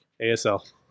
ASL